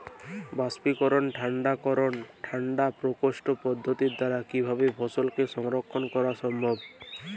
বাষ্পীকরন ঠান্ডা করণ ঠান্ডা প্রকোষ্ঠ পদ্ধতির দ্বারা কিভাবে ফসলকে সংরক্ষণ করা সম্ভব?